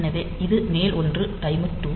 எனவே இது மேல் ஒன்று டைமர் 2